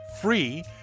free